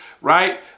Right